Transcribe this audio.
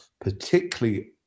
particularly